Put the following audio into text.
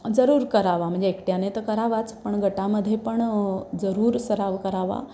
जरूर करावा म्हणजे एकट्याने तर करावाच पण गटामध्ये पण जरूर सराव करावा